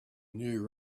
new